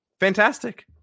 fantastic